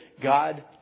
God